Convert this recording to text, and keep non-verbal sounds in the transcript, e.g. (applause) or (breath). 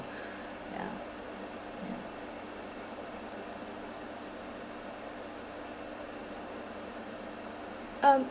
(breath) ya ya um